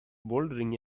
bouldering